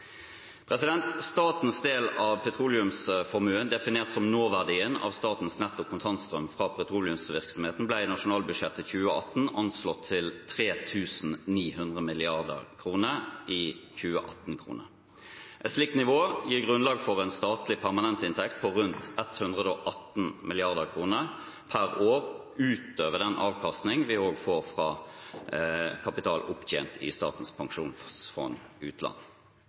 Statens del av petroleumsformuen, definert som nåverdien av statens netto kontantstrøm fra petroleumsvirksomheten, ble i nasjonalbudsjettet for 2018 anslått til 3 900 mrd. kr i 2018-kroner. Et slikt nivå gir grunnlag for en statlig permanentinntekt på rundt 118 mrd. kr per år, ut over den avkastning vi også får fra kapital opptjent i Statens pensjonsfond utland.